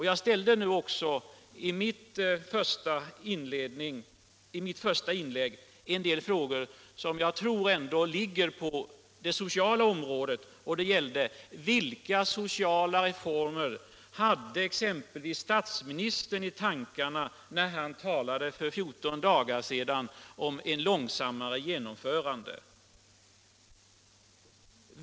Jag ställde i mitt första inlägg en del frågor som ändå ligger på det sociala området. Det gällde vilka sociala reformer som exempelvis statsministern hade i tankarna när han för fjorton dagar sedan talade om ett långsammare genomförande av reformer.